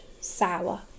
Sour